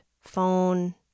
phone